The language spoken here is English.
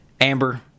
Amber